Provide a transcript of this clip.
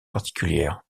particulière